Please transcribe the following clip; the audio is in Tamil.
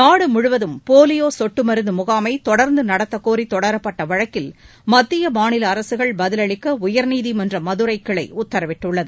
நாடுமுழுவதும் போலியோசொட்டுமருந்துமுகாமைதொடர்ந்துநடத்தக் கோரிதொடரப்பட்டவழக்கில் மத்திய மாநிலஅரசுகள் பதிலளிக்கஉயர்நீதிமன்றமதுரைக்கிளைஉத்தரவிட்டுள்ளது